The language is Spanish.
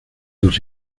dos